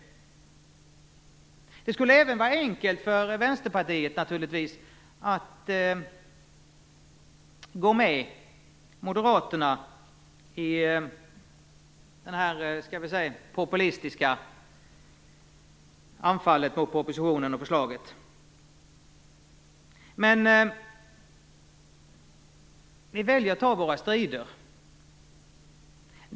Det skulle naturligtvis även vara enkelt för Vänsterpartiet att gå med Moderaterna i det populistiska anfallet på propositionen och förslaget. Men vi väljer att ta våra strider.